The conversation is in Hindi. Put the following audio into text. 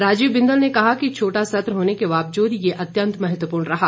राजीव बिंदल ने कहा कि छोटा सत्र होने के बावजूद यह अत्यंत महत्वपूर्ण रहा